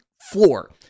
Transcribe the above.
floor